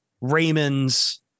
Raymond's